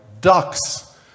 ducks